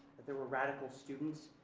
that there were radical students.